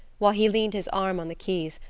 while he leaned his arm on the keys,